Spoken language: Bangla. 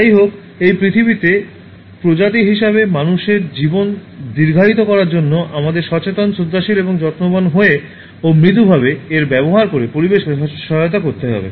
যাইহোক এই পৃথিবীতে প্রজাতি হিসাবে মানুষের জীবন দীর্ঘায়িত করার জন্য আমাদের সচেতন শ্রদ্ধাশীল এবং যত্নবান হয়ে ও মৃদুভাবে এর ব্যবহার করে পরিবেশকে সহায়তা করতে হবে